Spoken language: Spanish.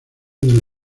del